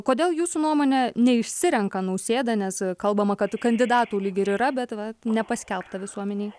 kodėl jūsų nuomone neišsirenka nausėda nes kalbama kad kandidatų lyderių yra bet va nepaskelbta visuomenei